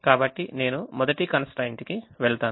కాబట్టి నేను మొదటి constraint కి వెళ్తాను